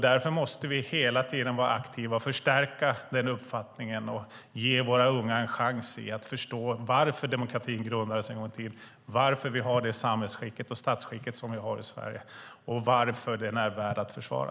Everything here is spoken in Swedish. Därför måste vi hela tiden vara aktiva, förstärka denna uppfattning och ge våra unga en chans att förstå varför demokratin grundades en gång i tiden, varför vi har det samhällsskick och det statsskick som vi har i Sverige och varför demokratin är värd att försvara.